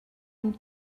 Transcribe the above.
une